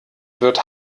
wird